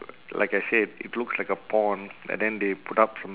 like I said it looks like a pond and then they put up some